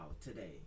today